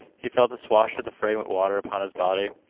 he felt the swash of the fragrant water upon his body.